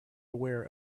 aware